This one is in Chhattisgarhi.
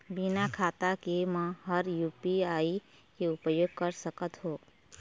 बिना खाता के म हर यू.पी.आई के उपयोग कर सकत हो?